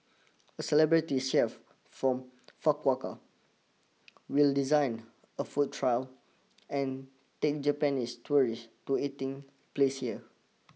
a celebrity chef from Fukuoka will design a food trail and take Japanese tourists to eating places here